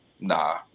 nah